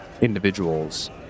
individuals